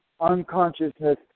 unconsciousness